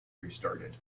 restarted